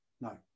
No